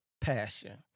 passion